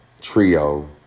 trio